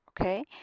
okay